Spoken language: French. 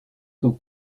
comme